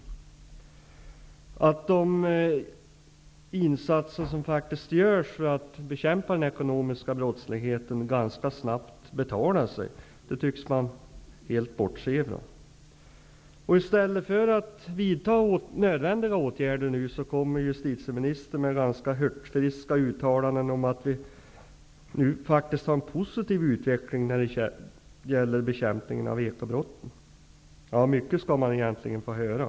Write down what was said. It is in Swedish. Man tycks helt bortse från att de insatser som faktiskt görs för att bekämpa den ekonomiska brottsligheten ganska snabbt betalar sig. I stället för att nu vidta nödvändiga åtgärder kommer justitieministern med ganska hurtfriska uttalanden om att vi faktiskt har en positiv utveckling när det gäller bekämpningen av ekobrotten -- mycket skall man höra!